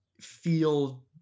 feel